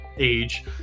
age